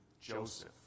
Joseph